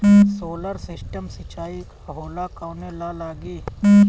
Solar system सिचाई का होला कवने ला लागी?